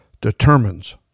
determines